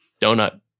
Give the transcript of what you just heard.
Donut